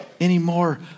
anymore